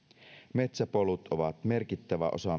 metsäpolut ovat merkittävä osa